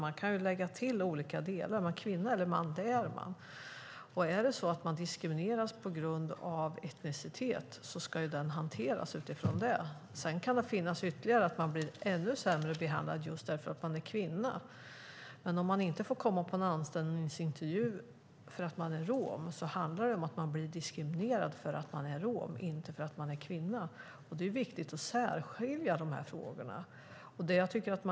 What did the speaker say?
Man kan lägga till olika delar, men kvinnor eller män, det är vi. Om man diskrimineras på grund av etnicitet ska detta naturligtvis hanteras. Sedan kan det vara så att man blir ännu sämre hanterad just därför att man är kvinna, men om man inte får komma på en anställningsintervju för att man är rom handlar det om man blir diskriminerad för att man är rom och inte för att man är kvinna. Det är viktigt att särskilja de här frågorna.